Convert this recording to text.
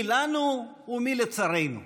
מי לנו ומי לצרינו.